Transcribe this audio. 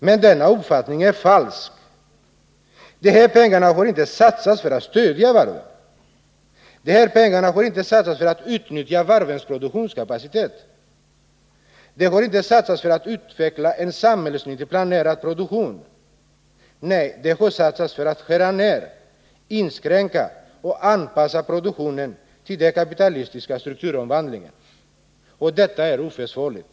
Men denna uppfattning är falsk. De här pengarna har inte satsats för att stödja varven. De här pengarna har inte satsats för att utnyttja varvens produktionskapacitet. De har inte satsats för att utveckla en samhällsnyttig, planerad produktion. Nej, de har satsats för att skära ned, inskränka och anpassa produktionen till den kapitalistiska strukturomvandlingen. Och detta är oförsvarligt.